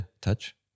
touch